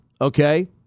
okay